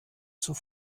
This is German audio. zur